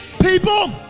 people